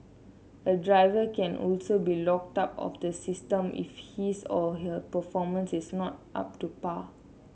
a driver can also be locked out of the system if his or her performance is not up to par